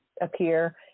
appear